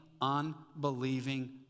unbelieving